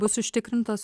bus užtikrintos